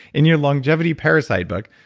in your longevity parasite book.